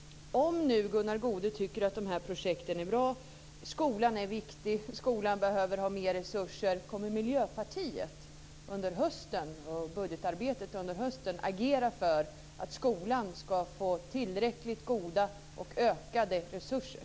Anta att Gunnar Goude tycker att dessa projekt är bra, att skolan är viktig och att skolan behöver mer resurser. Kommer Miljöpartiet i budgetarbetet under hösten att agera för att skolan ska få tillräckligt goda och ökade resurser?